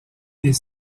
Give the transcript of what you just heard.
des